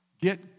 get